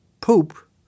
poop